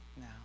now